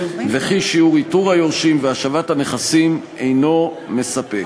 וכי שיעור איתור היורשים והשבת הנכסים אינו מספק.